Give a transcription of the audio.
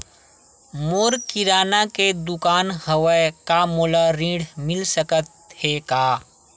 मोर किराना के दुकान हवय का मोला ऋण मिल सकथे का?